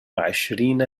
عشرين